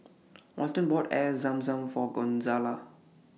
Walton bought Air Zam Zam For Gonzalo